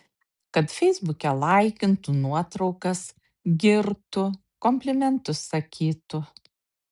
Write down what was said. kad feisbuke laikintų nuotraukas girtų komplimentus sakytų